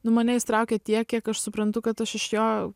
nu mane jis traukė tiek kiek aš suprantu kad aš iš jo